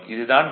இது தான் டி